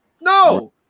No